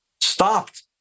stopped